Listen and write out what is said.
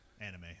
anime